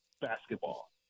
basketball